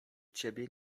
ciebie